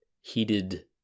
heated